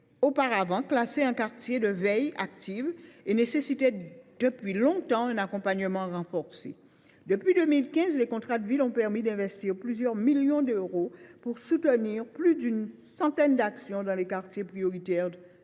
auparavant classé en quartier de veille active, appelait depuis longtemps un accompagnement renforcé. Depuis 2015, les contrats de ville ont permis d’investir plusieurs millions d’euros pour soutenir plus d’une centaine d’actions dans les quartiers prioritaires de Saint